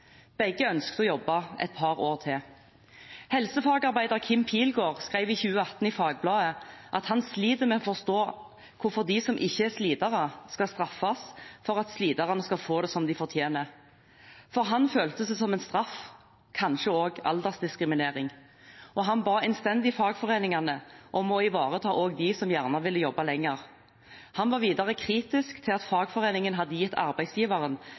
Begge ønsket å jobbe et par år til. Helsefagarbeider Kim Pilgaard skrev i 2018 i Fagbladet at han sliter med å forstå hvorfor de som ikke er slitere, skal straffes for at sliterne skal få det som de fortjener. For ham føltes det som en straff, kanskje også aldersdiskriminering, og han ba innstendig fagforeningene om å ivareta også dem som gjerne ville jobbe lenger. Han var videre kritisk til at fagforeningen hadde gitt arbeidsgiveren